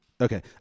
Okay